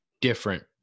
different